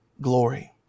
glory